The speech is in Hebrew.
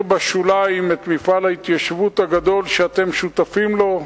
בשוליים את מפעל ההתיישבות הגדול שאתם שותפים לו,